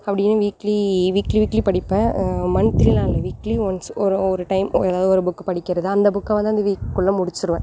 அப்படி இல்லைனா weekly weekly weekly படிப்பேன் மந்திலி எல்லாம் இல்லை வீக்லி ஒன்ஸ் ஒரு ஒரு டைம் எதாவது ஒரு புக் படிகிறது அந்த புக்கை வந்து அந்த வீக்குள்ளே முடிச்சிவிடுவேன்